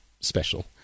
special